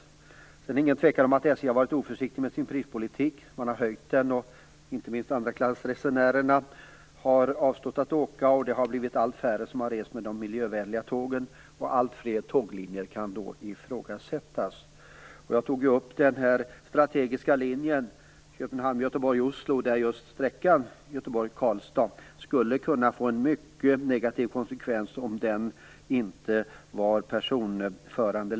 Det är dock ingen tvekan om att SJ har varit oförsiktig med sin prispolitik. Priserna har höjts, och inte minst andraklassresenärerna har avstått från att åka. Det har blivit allt färre som har rest med de miljövänliga tågen, och alltfler tåglinjer kan då ifrågasättas. Jag tog upp den strategiska linjen Köpenhamn Göteborg-Oslo, där det skulle få mycket negativa konsekvenser om inte sträckan Göteborg-Karlstad längre var personförande.